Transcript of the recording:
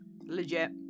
Legit